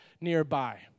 nearby